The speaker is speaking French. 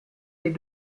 est